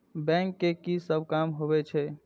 Bank के की सब काम होवे छे?